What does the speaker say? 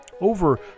over